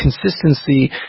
consistency